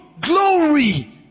Glory